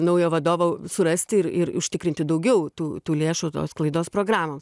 naujo vadovo surasti ir ir užtikrinti daugiau tų tų lėšų tos sklaidos programoms